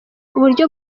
uburyo